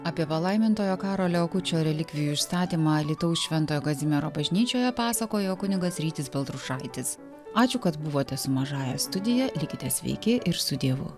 apie palaimintojo karolio akučio relikvijų išstatymą alytaus šventojo kazimiero bažnyčioje pasakojo kunigas rytis baltrušaitis ačiū kad buvote su mažąja studija likite sveiki ir su dievu